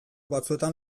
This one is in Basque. batzuetan